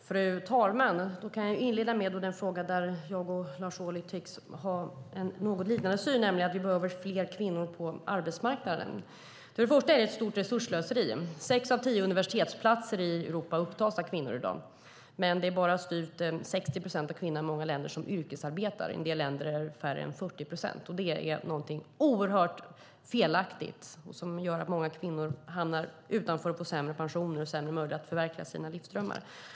Fru talman! Då kan jag inleda med den fråga där jag och Lars Ohly tycks ha något liknande syn, nämligen att vi behöver fler kvinnor på arbetsmarknaden. Först och främst är det ett stort resursslöseri. Sex av tio universitetsplatser i Europa upptas av kvinnor i dag, men det är bara styvt 60 procent av kvinnorna i många länder som yrkesarbetar. I en del länder är det färre än 40 procent, och det är något oerhört felaktigt och som gör att många kvinnor hamnar utanför, får sämre pensioner och sämre möjligheter att förverkliga sina livsdrömmar.